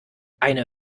eine